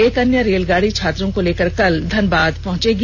एक अन्य रेलगाडी छात्रों को लेकर कल धनबाद पहंचेगी